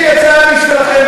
יש לי הצעה בשבילכם,